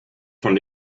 von